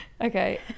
okay